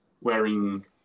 wearing